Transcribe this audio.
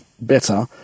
better